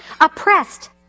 oppressed